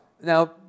Now